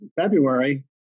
February